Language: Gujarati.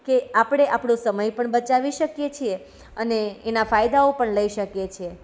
કે આપણે આપણો સમય પણ બચાવી શકીએ છીએ અને એના ફાયદાઓ પણ લઈ શકીએ છીએ